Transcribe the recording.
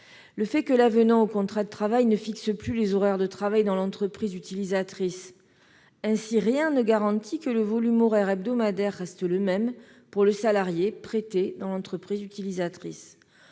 En outre, l'avenant au contrat de travail ne fixerait plus les horaires de travail dans l'entreprise utilisatrice. Dès lors, rien ne garantit que le volume horaire hebdomadaire resterait le même pour le salarié prêté à l'entreprise utilisatrice.